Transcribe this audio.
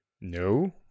no